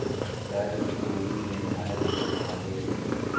कर चोरी में भारत बहुत आगे हई